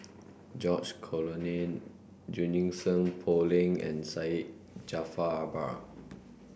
George Collyer Junie Sng Poh Leng and Syed Jaafar Albar